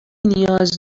نیاز